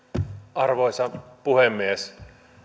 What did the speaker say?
arvoisa puhemies